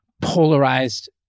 polarized